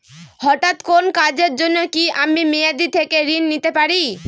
হঠাৎ কোন কাজের জন্য কি আমি মেয়াদী থেকে ঋণ নিতে পারি?